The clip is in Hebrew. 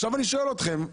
עכשיו אני שואל אתכם,